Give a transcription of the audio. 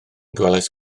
gwelais